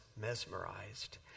mesmerized